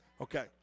Okay